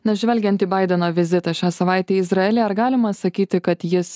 na žvelgiant į baideno vizitą šią savaitę į izraelį ar galima sakyti kad jis